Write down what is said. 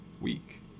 week